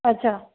अच्छा